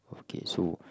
okay so